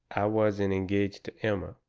i wasn't engaged to emma.